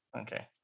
Okay